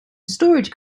storage